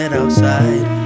outside